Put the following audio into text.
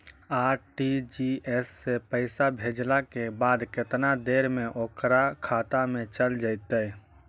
RTGS से पैसा भेजला के बाद केतना देर मे ओकर खाता मे चल जितै?